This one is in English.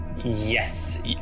yes